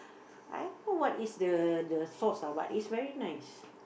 I don't know what is the the sauce lah but is very nice